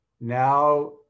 Now